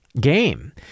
game